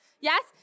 Yes